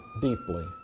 deeply